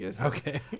Okay